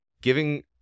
giving